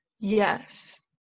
Yes